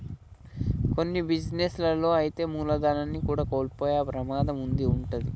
కొన్ని బిజినెస్ లలో అయితే మూలధనాన్ని కూడా కోల్పోయే ప్రమాదం కూడా వుంటది